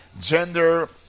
gender